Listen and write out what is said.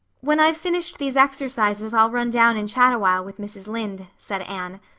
when i've finished these exercises i'll run down and chat awhile with mrs. lynde, said anne.